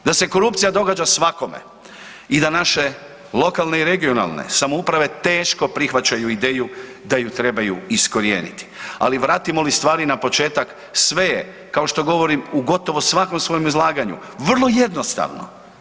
Da se korupcija događa svakome i da naše lokalne i regionalne samouprave teško prihvaćaju ideju da ju trebaju iskorijeniti, ali vratimo li stvari na početak sve je kao što govorim u gotovo svakom svojem izlaganju vrlo jednostavno.